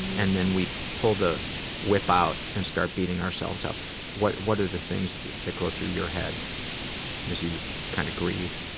and then we pull the whip out and start beating ourselves up. what what are the things that go through your head as you kind of grieve?